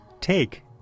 Take